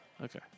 Okay